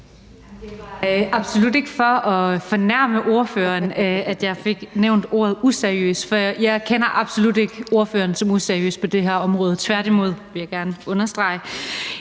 absolut ikke for at fornærme ordføreren, at jeg fik nævnt ordet useriøs før. Jeg kender absolut ikke ordføreren som useriøs på det her område, tværtimod, vil jeg gerne understrege.